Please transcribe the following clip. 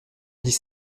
dix